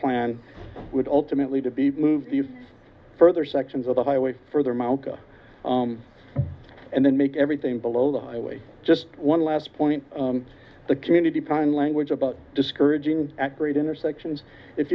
plan would ultimately to be moved further sections of the highway further mt and then make everything below the highway just one last point the community plan language about discouraging at great intersections if